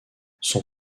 son